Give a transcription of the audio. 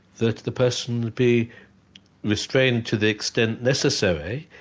that the person be restrained to the extent necessary,